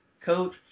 coach